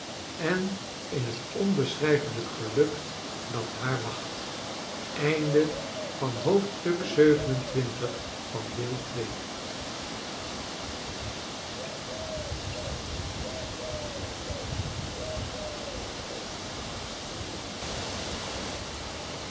en in het onbeschrijfelijk geluk dat haar wacht